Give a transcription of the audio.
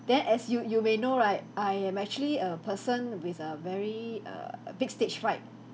then as you you know right I am actually a person with a very err a big stage fright